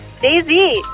Daisy